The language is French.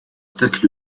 attaquent